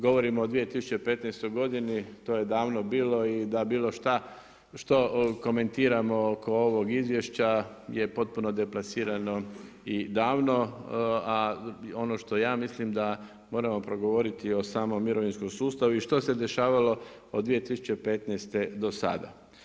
Govorimo o 2015. godini, to je davno bilo i da bilo što komentiramo oko ovog izvješća je potpuno deplasirano i davno, a ono što ja mislim da moramo progovoriti o samom mirovinskom sustavu i što se dešavalo od 2015. do sada.